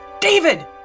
David